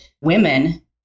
women